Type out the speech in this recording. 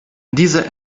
diese